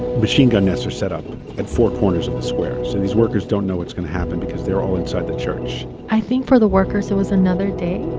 machine gun nests are set up at four corners of the square. so these workers don't know what's going to happen because they're all inside the church i think for the workers, it was another day,